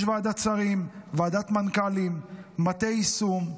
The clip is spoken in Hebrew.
יש ועדת שרים, ועדת מנכ"לים, מטה יישום.